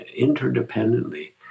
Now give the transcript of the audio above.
interdependently